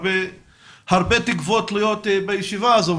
הרבה תקוות תלויות בישיבה הזו.